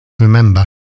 remember